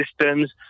systems